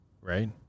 Right